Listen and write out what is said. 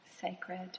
sacred